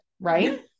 Right